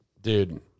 Dude